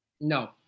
no